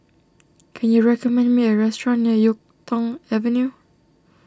can you recommend me a restaurant near Yuk Tong Avenue